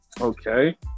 okay